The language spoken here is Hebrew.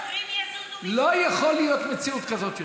לא יכולה להיות מציאות כזאת יותר.